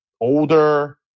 older